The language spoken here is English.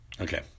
Okay